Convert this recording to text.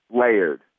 layered